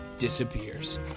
disappears